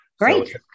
Great